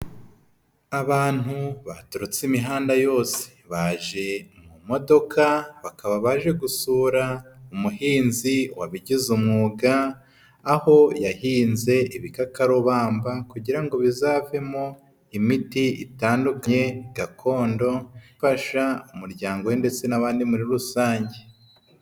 Abantu baturutse imihanda yose, baje mu modoka bakaba baje gusura umuhinzi wabigize umwuga, aho yahinze ibikakarubamba kugira ngo bizavemo imiti itandukanye gakondo ifasha umuryango we ndetse n'abandi muri rusange.